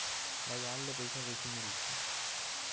बजार ले पईसा कइसे मिलथे?